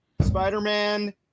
spider-man